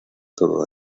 todo